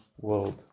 world